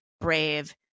brave